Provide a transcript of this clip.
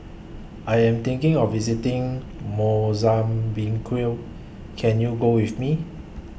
I Am thinking of visiting Mozambique Can YOU Go with Me